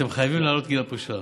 אתם חייבים להעלות את גיל הפרישה,